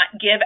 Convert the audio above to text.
give